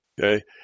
Okay